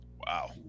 Wow